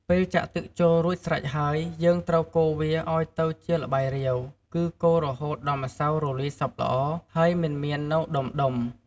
ពេលចាក់ទឹកចូលរួចស្រេចហើយ យើងត្រូវកូរឱ្យវាទៅជាល្បាយរាវ គឺកូររហូតដល់ម្សៅរលាយសព្វល្អ ហើយមិនមាននៅដំុៗ។